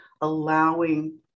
allowing